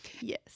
Yes